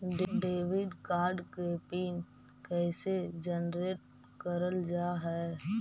Debit card के PIN कैसे generate करल जाहै?